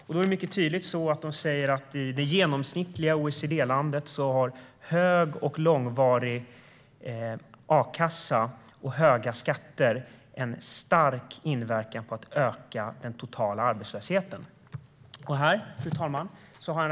De säger mycket tydligt att i det genomsnittliga OECD-landet har hög och långvarig a-kassa och höga skatter en stark inverkan på en ökning av den totala arbetslösheten.